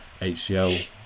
HCL